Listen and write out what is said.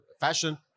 fashion